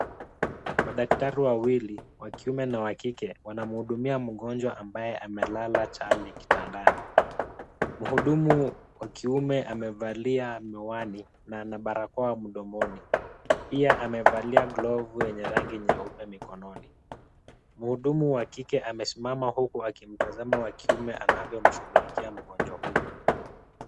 Madaktari wawili wa kiume na wa kike wanamuhudumia mgonjwa ambaye amelala chali kitandani, Muhudumu wa kiume amevalia miwani na ana barakoa mdomoni. Pia amevalia glovu yenye rangi nyeupe mikononi. Muhudumu wa kike amesimama huku akimtazama wa kiume anavyomshughulikia mgonjwa huyu.